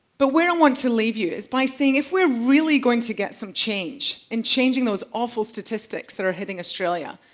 but where i want to leave you is by saying if we're really going to get some change, and changing those awful statistics that are hitting australia,